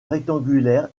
rectangulaire